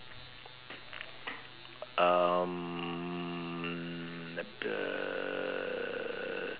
um